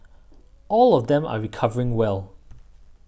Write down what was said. all of them are recovering well